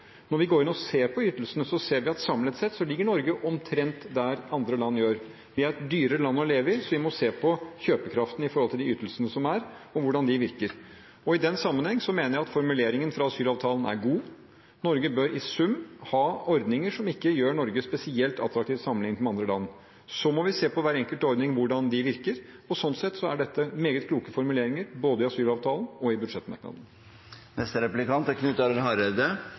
Når vi går inn og ser på ytelsene, ser vi at Norge samlet sett ligger omtrent der andre land ligger. Vi er et dyrere land å leve i, så vi må se på kjøpekraften i forhold til de ytelsene som er, og hvordan de virker. I den sammenheng mener jeg at formuleringen fra asylavtalen er god. Norge bør i sum ha ordninger som ikke gjør Norge spesielt attraktivt sammenlignet med andre land. Så må vi se på hvordan hver enkelt ordning virker, og slik sett er dette meget kloke formuleringer, både i asylavtalen og i